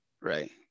right